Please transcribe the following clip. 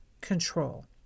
control